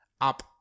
up